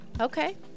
Okay